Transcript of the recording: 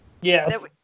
Yes